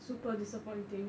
super disappointing